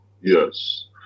Yes